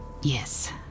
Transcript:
Yes